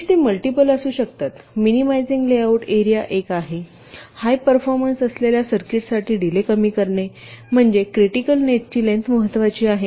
उद्दीष्ट्ये multiple असू शकतात minimising layout area एक आहे हाय परफॉर्मन्स असलेल्या सर्किट्ससाठी डीले कमी करणे म्हणजे क्रिटिकल नेटची लेन्थ महत्वाची आहे